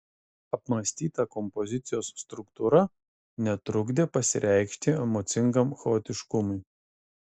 apmąstyta kompozicijos struktūra netrukdė pasireikšti emocingam chaotiškumui